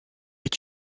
est